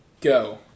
go